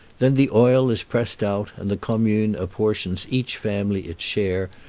then the oil is pressed out, and the commune apportions each family its share,